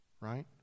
right